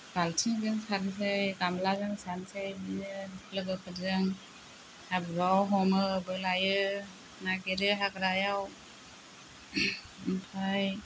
बाल्थिंजों सारनोसै गामलाजों सारनोसै बिदिनो लोगोफोरजों हाब्रुआव हमो बोलायो नागिरो हाग्रायाव ओमफ्राय